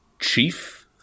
Chief